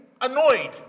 annoyed